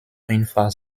einfach